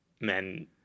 men